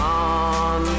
on